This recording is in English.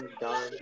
done